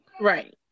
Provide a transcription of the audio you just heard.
Right